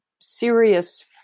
serious